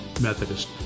Methodist